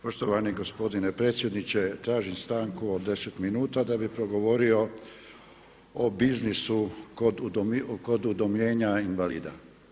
Poštovani gospodine predsjedniče, tražim stanku od 10 minuta da bih progovorio o biznisu kod udomljenja invalida.